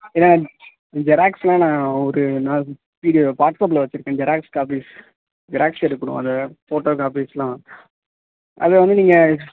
ஏன்னா ஜெராக்ஸ்லாம் நான் ஒரு நான் வீடியோ வாட்ஸ்அஃப்பில் வச்சுருக்கேன் ஜெராக்ஸ் காப்பீஸ் ஜெராக்ஸ் எடுக்கணும் அதை ஃபோட்டோ காப்பீஸ்லாம் அதை வந்து நீங்கள்